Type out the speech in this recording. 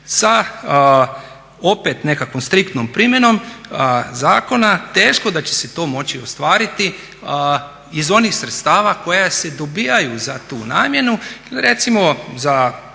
Sa opet nekakvom striktnom primjenom zakona teško da će se to moći ostvariti iz onih sredstava koja se dobivaju za tu namjenu. Recimo za